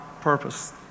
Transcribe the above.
purpose